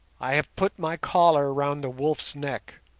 i have put my collar round the wolf's neck,